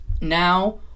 now